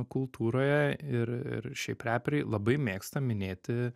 kultūroje ir ir šiaip reperiai labai mėgsta minėti